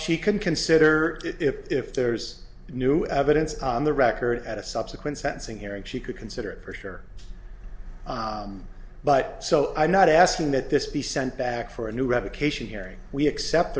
she can consider if there's new evidence on the record at a subsequent sentencing hearing she could consider it for sure but so i'm not asking that this be sent back for a new revocation hearing we accept